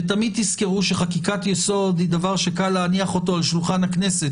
ותמיד תזכרו שחקיקת יסוד היא דבר שקל להניח אותו על שולחן הכנסת,